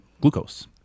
glucose